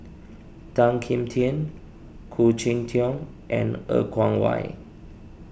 Tan Kim Tian Khoo Cheng Tiong and Er Kwong Wah